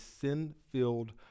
sin-filled